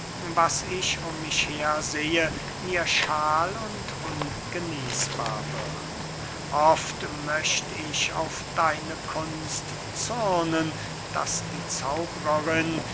was ich um mich her sehe mir schal und ungenießbar wird oft möcht ich auf deine kunst zürnen daß die zauberin